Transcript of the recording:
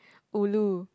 ulu